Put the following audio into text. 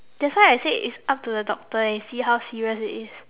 that's why I said it's up to the doctor and see how serious it is